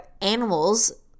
animals